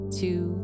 two